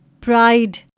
pride